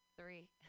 Three